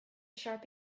sharp